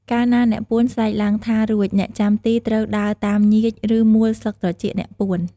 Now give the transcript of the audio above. កាលណាអ្នកពួនស្រែកឡើងថា "រួច" អ្នកចាំទីត្រូវដើរតាមញៀច ឬ មួលស្លឹកត្រចៀកអ្នកពួន។